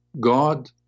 God